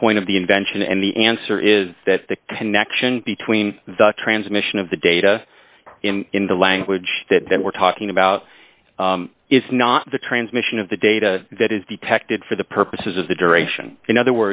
the point of the invention and the answer is that the connection between the transmission of the data in the language that we're talking about is not the transmission of the data that is detected for the purposes of the duration in other